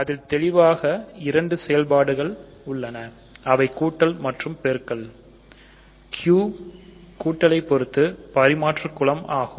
அதில் தெளிவாக 2 செயல்பாடுகள் உள்ளன அவை கூட்டல் மற்றும் பெருக்கல்Q கூட்டலை பொறுத்து பரிமாற்று குலம் ஆகும்